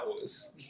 hours